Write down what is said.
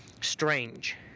strange